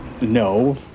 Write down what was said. no